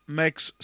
makes